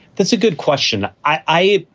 that's a good question. i.